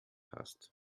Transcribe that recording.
hast